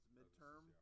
midterm